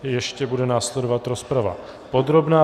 Ještě bude následovat rozprava podrobná.